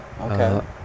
Okay